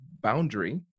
boundary